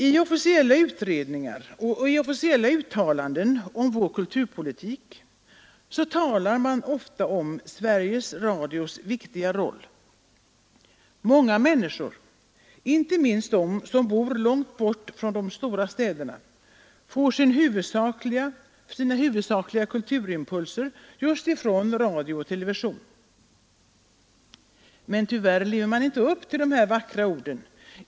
I officiella utredningar och uttalanden om vår kulturpolitik talar man ofta om Sveriges Radios viktiga roll. Många människor — inte minst de som bor långt från de stora städerna — får nu sina huvudsakliga kulturimpulser från radio och television. Men tyvärr lever man inte upp till dessa vackra ord.